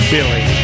Billy